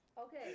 Okay